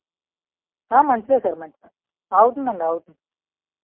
మంచిదే సార్ మంచిదే ఆగుతుందండి ఆగుతుంది